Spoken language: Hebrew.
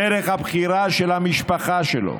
דרך הבחירה של המשפחה שלו.